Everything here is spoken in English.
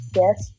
yes